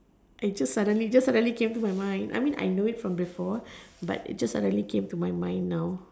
I just suddenly just suddenly came to my mind I mean like I know it from before but it just suddenly came to my mind now